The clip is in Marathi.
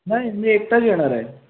नाही मी एकटाच येणार आहे